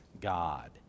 God